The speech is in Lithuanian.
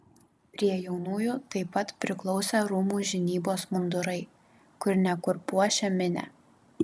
prie jaunųjų taip pat priklausė rūmų žinybos mundurai kur ne kur puošią minią